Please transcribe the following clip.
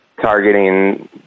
targeting